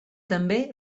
també